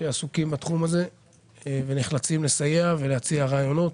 שעסוקים בתחום הזה ונחלצים לסייע ולהציע רעיונות.